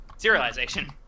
serialization